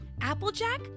Applejack